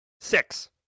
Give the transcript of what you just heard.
six